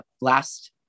last